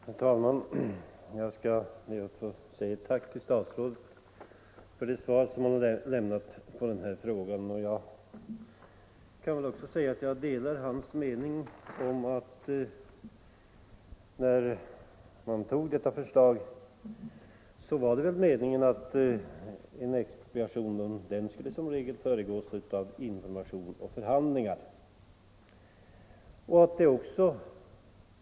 Herr talman! Jag ber att få säga ett tack till statsrådet för det svar som han har lämnat på min interpellation. Jag delar hans uppfattning att när den nu gällande lagen antogs så var det väl meningen att en expropriation som regel skulle föregås av information och förhandlingar.